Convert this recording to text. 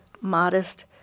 modest